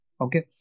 okay